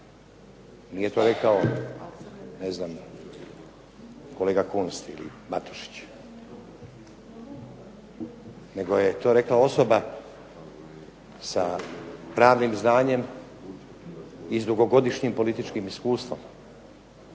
Nije to rekao kolega Kunst ili Matušić, nego je to rekla osoba sa pravnim znanjem i s dugogodišnjim političkim iskustvom,